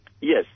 Yes